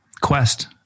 quest